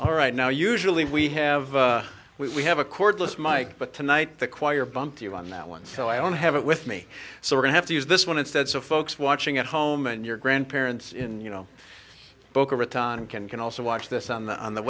all right now usually we have we have a cordless mike but tonight the choir bumped you on that one so i don't have it with me so we're going have to use this one instead so folks watching at home and your grandparents in you know boca raton can can also watch this on the on the